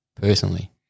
personally